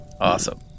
Awesome